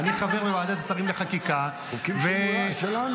אני חבר בוועדת השרים לחקיקה -- חוקים שלנו,